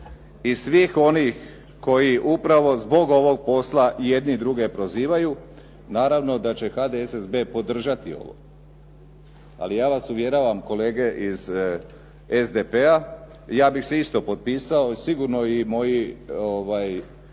I svih onih koji upravo zbog ovog posla jedni druge prozivaju. Naravno da će HDSSB podržati ovo. Ali ja vas uvjeravam kolege iz SDP-a ja bih se isto potpisao sigurno i moji